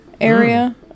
area